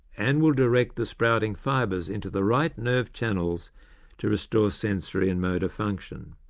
and will direct the sprouting fibres into the right nerve channels to restore sensory and motor function.